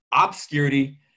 obscurity